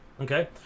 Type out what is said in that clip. okay